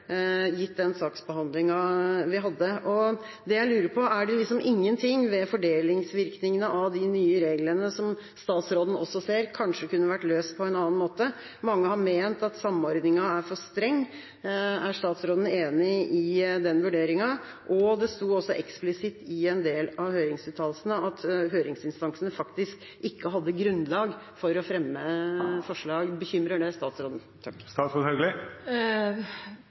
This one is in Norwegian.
gitt den saksbehandlingen vi hadde. Det jeg lurer på, er: Er det ingenting ved fordelingsvirkningene av de nye reglene som også statsråden ser kanskje kunne vært løst på en annen måte? Mange har ment at samordningen er for streng. Er statsråden enig i den vurderingen? Det sto også eksplisitt i en del av høringsuttalelsene at høringsinstansene faktisk ikke hadde grunnlag for å fremme forslag. Bekymrer det statsråden?